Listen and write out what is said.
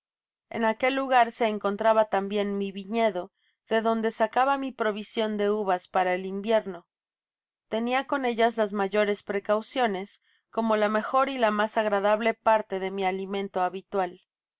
en aquel lugar se encontraba tambien mi viñedo de donde sacaba mi provision de uvas para el invierno tenia con ellas las mayores precauciones como la mejor y la mas agradable parte de mi alimeato habitual